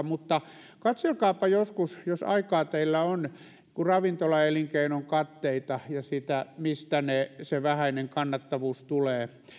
mutta katselkaapa joskus jos aikaa teillä on ravintolaelinkeinon katteita ja sitä mistä se vähäinen kannattavuus tulee